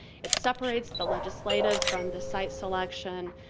it separates the legislative from the site selection,